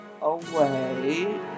away